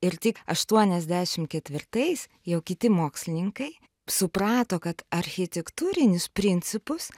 ir tik aštuoniasdešim ketvirtais jau kiti mokslininkai suprato kad architektūrinius principus